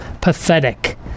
pathetic